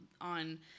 on